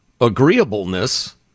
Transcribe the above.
agreeableness